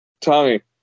Tommy